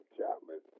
Chapman